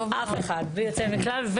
אף אחד בלי יוצא מן הכלל.